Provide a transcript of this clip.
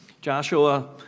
Joshua